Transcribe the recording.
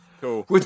cool